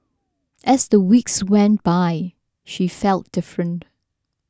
as the weeks went by she felt different